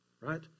right